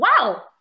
wow